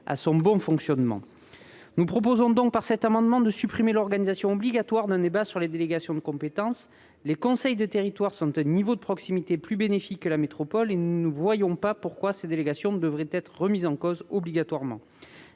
à son bon fonctionnement. Nous proposons donc, par cet amendement, de supprimer l'organisation obligatoire d'un débat sur les délégations de compétences. Les conseils de territoire constituent un niveau de proximité plus satisfaisant que la métropole, et nous ne voyons pas pourquoi ces délégations devraient être remises en cause obligatoirement.